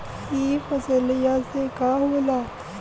ई फसलिया से का होला?